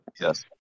yes